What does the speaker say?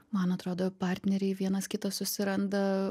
man atrodo partneriai vienas kitą susiranda